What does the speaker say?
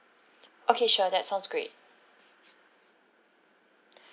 okay sure that sounds great